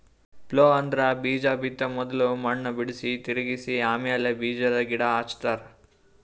plough ಅಂದ್ರ ಬೀಜಾ ಬಿತ್ತ ಮೊದುಲ್ ಮಣ್ಣ್ ಬಿಡುಸಿ, ತಿರುಗಿಸ ಆಮ್ಯಾಲ ಬೀಜಾದ್ ಗಿಡ ಹಚ್ತಾರ